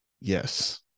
Yes